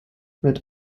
mit